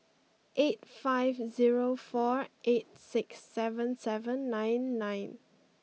eight five zero four eight six seven seven nine nine